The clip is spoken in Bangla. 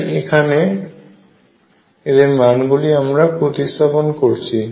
তাই এখানে এদের মান গুলি আমরা প্রতিস্থাপন করছি